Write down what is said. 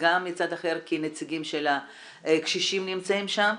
מצד אחר גם כי הנציגים של הקשישים נמצאים כאן,